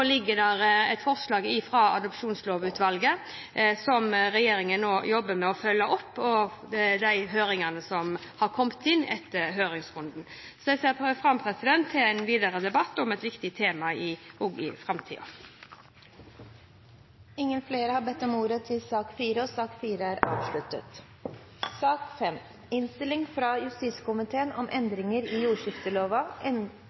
ligger det et forslag fra Adopsjonslovutvalget som regjeringen nå jobber med å følge opp, i tillegg til de høringsinnspillene som har kommet inn i forbindelse med høringsrunden. Så jeg ser fram til en videre debatt om et viktig tema også i framtida. Da er debatten i sak nr. 4 avsluttet. Dette er ein proposisjon som inneheld endringar til reglane om saksbehandlingstid i den nye jordskiftelova